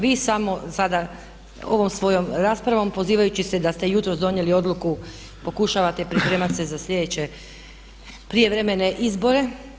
Vi samo sada ovom svojom raspravom pozivajući se da ste jutros donijeli odluku pokušavate pripremati se za sljedeće prijevremene izbore.